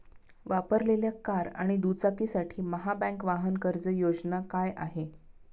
वापरलेल्या कार आणि दुचाकीसाठी महाबँक वाहन कर्ज योजना काय आहे?